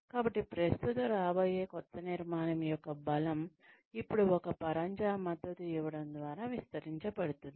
కాబట్టి ప్రస్తుత రాబోయే కొత్త నిర్మాణం యొక్క బలం ఇప్పుడు ఒక పరంజా మద్దతు ఇవ్వడం ద్వారా విస్తరించబడుతుంది